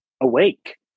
awake